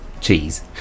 cheese